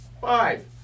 Five